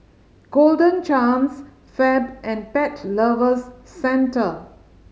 Golden Chance Fab and Pet Lovers Centre